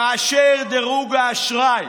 כאשר דירוג האשראי